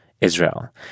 Israel